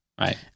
Right